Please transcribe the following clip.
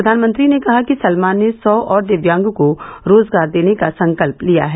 प्रधानमंत्री ने कहा कि सलमान ने सौ और दिव्यांगों को रोजगार देने का संकल्प लिया है